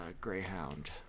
Greyhound